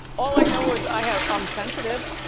all i know is i have, i'm sensitive.